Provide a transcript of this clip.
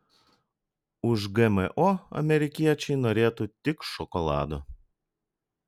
už gmo amerikiečiai norėtų tik šokolado